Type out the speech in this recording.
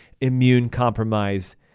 immune-compromise